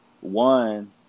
one